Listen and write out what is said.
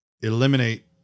Eliminate